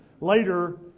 later